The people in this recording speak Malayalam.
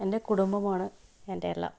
എൻ്റെ കുടുംബമാണ് എൻ്റെ എല്ലാം